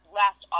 last